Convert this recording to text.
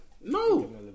No